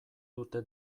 dute